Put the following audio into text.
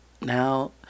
now